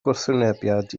gwrthwynebiad